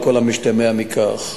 על כל המשתמע מכך.